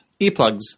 earplugs